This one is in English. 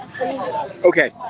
okay